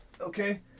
Okay